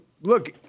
look-